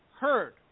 heard